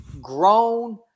grown